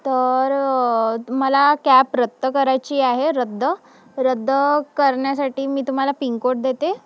तर मला कॅब रद्द करायची आहे रद्द रद्द करण्यासाठी मी तुम्हाला पिनकोड देते